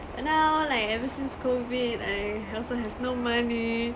but now like ever since COVID I also have no money